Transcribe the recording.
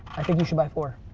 i think you should buy four.